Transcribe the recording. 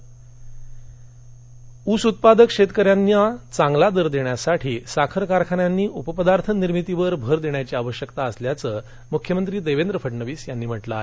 मुख्यमंत्री महासंवाद ऊस उत्पादक शेतकन्यांना चांगला दर देण्यासाठी साखर कारखान्यांनी उपपदार्थ निर्मितीवर भर देण्याची आवश्यकता असल्याचे मुख्यमंत्री देवेंद्र फडणवीस यांनी म्हटलं आहे